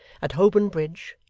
at holborn bridge,